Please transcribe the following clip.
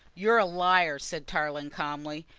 you're a liar, said tarling calmly.